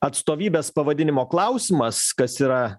atstovybės pavadinimo klausimas kas yra